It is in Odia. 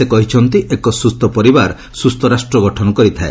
ସେ କହିଛନ୍ତି ଏକ ସୁସ୍ଥ ପରିବାର ସୁସ୍ଥ ରାଷ୍ଟ୍ର ଗଠନ କରିଥାଏ